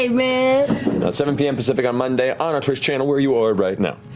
ah matt seven p m. pacific on monday on our twitch channel, where you are right now.